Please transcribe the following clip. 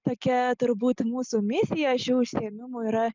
tokia turbūt mūsų misija šio užsiėmimo yra